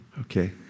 Okay